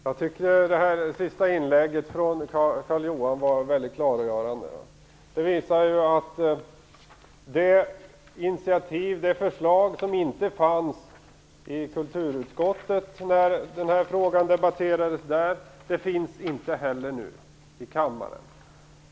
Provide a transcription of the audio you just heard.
Herr talman! Jag tycker att det här senaste inlägget från Carl-Johan Wilson var mycket klargörande. Det visar att det initiativ och förslag som inte fanns i kulturutskottet när frågan debatterades där inte finns nu heller i kammaren.